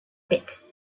bit